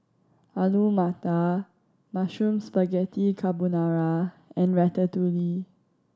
Alu Matar Mushroom Spaghetti Carbonara and Ratatouille